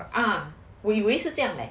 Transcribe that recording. ah ah 我以为是这样 eh